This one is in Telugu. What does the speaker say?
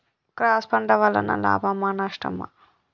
క్రాస్ పంట వలన లాభమా నష్టమా?